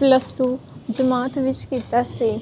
plus two ਜਮਾਤ ਵਿੱਚ ਕੀਤਾ ਸੀ